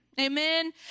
Amen